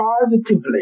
positively